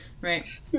Right